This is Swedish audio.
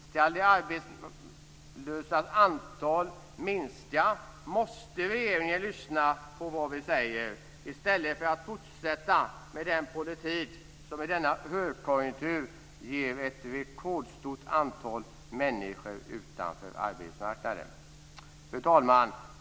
Ska de arbetslösas antal minska så måste regeringen lyssna på vad vi säger i stället för att fortsätta med den politik som i denna högkonjunktur ger ett rekordstort antal människor utanför arbetsmarknaden. Fru talman!